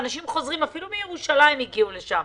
אפילו מירושלים הגיעו לשם.